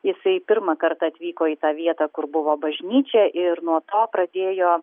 jisai pirmąkart atvyko į tą vietą kur buvo bažnyčia ir nuo to pradėjo